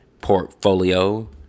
portfolio